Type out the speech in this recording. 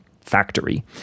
factory